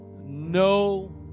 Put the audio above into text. no